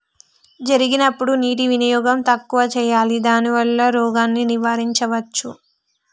జరిగినప్పుడు నీటి వినియోగం తక్కువ చేయాలి దానివల్ల రోగాన్ని నివారించవచ్చా?